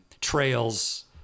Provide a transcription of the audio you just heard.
trails